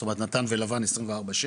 זאת אומרת נט"ן ולבן 24/7,